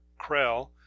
krell